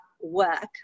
work